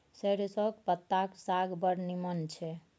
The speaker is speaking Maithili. सरिसौंक पत्ताक साग बड़ नीमन छै